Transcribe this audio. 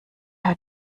herr